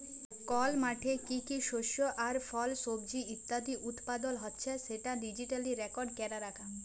call মাঠে কি কি শস্য আর ফল, সবজি ইত্যাদি উৎপাদল হচ্যে সেটা ডিজিটালি রেকর্ড ক্যরা রাখা